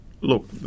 look